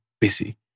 busy